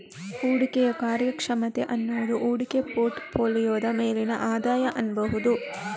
ಹೂಡಿಕೆಯ ಕಾರ್ಯಕ್ಷಮತೆ ಅನ್ನುದು ಹೂಡಿಕೆ ಪೋರ್ಟ್ ಫೋಲಿಯೋದ ಮೇಲಿನ ಆದಾಯ ಅನ್ಬಹುದು